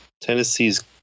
Tennessee's